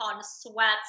sweats